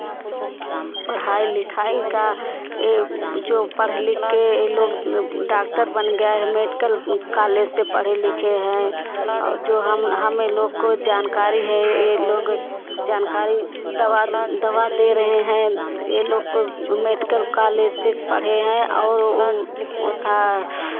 पढ़ाई लिखाई का जो पढ़ लिखके यह लोग डॉक्टर बन गया है मेडिकल कॉलेज से पढ़े लिखे हैं और जो हम हमें लोग को जानकारी है यह लोग जानकारी दवा दवा दे रहे हैं यह लोग को मेडिकल कॉलेज से पढ़े हैं और वह उथा